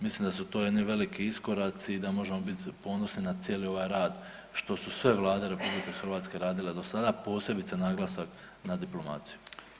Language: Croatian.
Mislim da su to jedni veliki iskoraci i da možemo biti ponosni na cijeli ovaj rad što su sve vlade RH radile do sada, a posebice naglasak na diplomaciju.